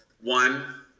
one